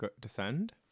descend